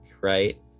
Right